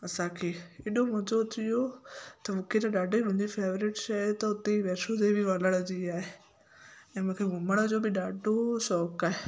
असांखे एॾो मज़ो अची वियो त मूंखे त ॾाढी मुंहिंजी फेवरेट शइ त उते वैष्णो देवी वञण जी आहे ऐं मूंखे घुमण जो बि ॾाढो शौक़ु आहे